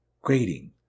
grading